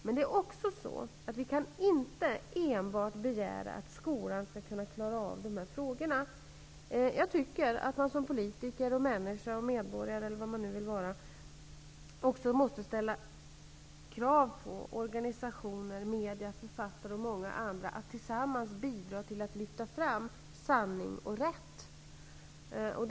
Men vi kan inte enbart begära att skolan skall kunna klara av de här frågorna. Jag tycker att man som politiker, människa, medborgare eller vad man nu vill vara också måste ställa kravet på organisationer, medier, författare osv. att de tillsammans skall bidra till att sanning och rätt lyfts fram.